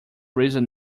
reason